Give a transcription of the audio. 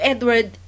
Edward